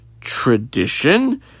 tradition